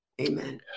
Amen